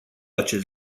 acest